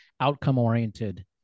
outcome-oriented